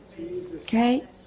Okay